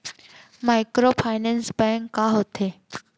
Microfinance bank का होथे?